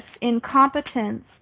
incompetence